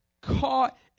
caught